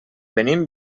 venim